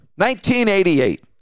1988